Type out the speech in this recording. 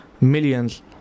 millions